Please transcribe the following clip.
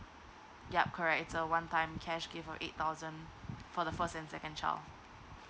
yup correct it's a one time cash gift for eight thoudsand for the first and second child